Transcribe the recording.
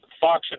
Fox